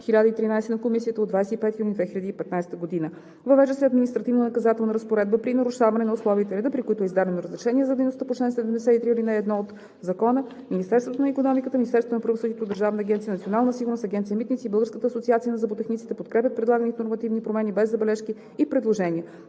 2015/1013 на Комисията от 25 юни 2015 г. Въвежда се административнонаказателна разпоредба при нарушаване на условията и реда, при които е издадено разрешение за дейности по чл. 73, ал. 1 от ЗКНВП. Министерството на икономиката, Министерството на правосъдието, Държавна агенция „Национална сигурност“, Агенция „Митници“ и Българската асоциация на зъботехниците подкрепят предлаганите нормативни промени без забележки и предложения.